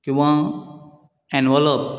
किंवा एनवोलोप